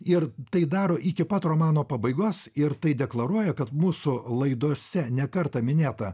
ir tai daro iki pat romano pabaigos ir tai deklaruoja kad mūsų laidose ne kartą minėta